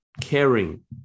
caring